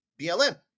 BLM